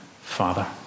Father